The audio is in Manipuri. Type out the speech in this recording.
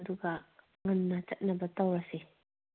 ꯑꯗꯨꯒ ꯉꯟꯅ ꯆꯠꯅꯕ ꯇꯧꯔꯁꯤ